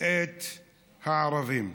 את הערבים.